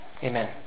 Amen